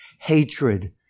hatred